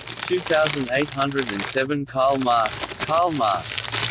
two thousand eight hundred and seven karl marx karl marx